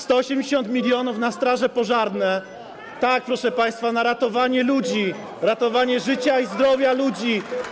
180 mln na straże pożarne, tak, proszę państwa, na ratowanie ludzi, ratowanie życia i zdrowia ludzi.